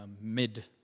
mid